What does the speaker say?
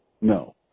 No